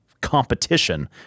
competition